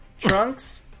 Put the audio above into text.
Trunks